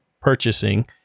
purchasing